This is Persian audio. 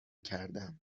کردم